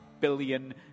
billion